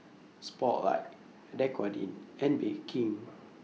Spotlight Dequadin and Bake King